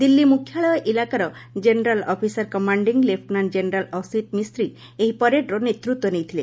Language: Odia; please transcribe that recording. ଦିଲ୍ଲୀ ମୁଖ୍ୟାଳୟ ଇଲାକାର general officer commanding lieutenant general Asit Mistry ଏହି ପରେଡ୍ର ନେତୃତ୍ୱ ନେଇଥିଲେ